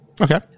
Okay